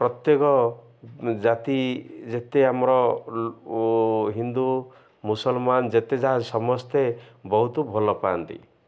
ପ୍ରତ୍ୟେକ ଜାତି ଯେତେ ଆମର ହିନ୍ଦୁ ମୁସଲମାନ ଯେତେ ଯାହା ସମସ୍ତେ ବହୁତ ଭଲ ପାଆନ୍ତି